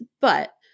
but-